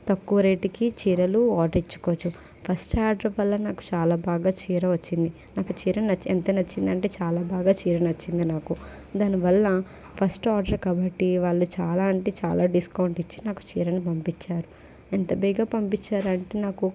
తక్కువ రేట్కి చీరలు ఆర్డర్ ఇచ్చుకోవచ్చు ఫస్ట్ ఆర్డర్ వల్ల నాకు చాలా బాగా చీర వచ్చింది నాకు చీర నచ్చి ఎంత నచ్చింది అంటే చాలా బాగా చీర నచ్చింది నాకు దాని వల్ల ఫస్ట్ ఆర్డర్ కాబట్టి వాళ్ళు చాలా అంటే చాలా డిస్కౌంట్ ఇచ్చి నాకు చీరని పంపించారు ఎంత బేగా పంపించారు అంటే నాకు